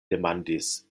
demandis